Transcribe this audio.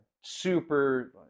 super